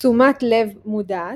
תשומת לב מודעת;